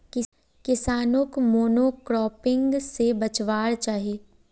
किसानोक मोनोक्रॉपिंग से बचवार चाही